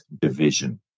division